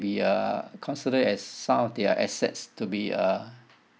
maybe uh consider as some of their assets to be uh